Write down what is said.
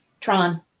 Tron